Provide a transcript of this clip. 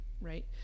right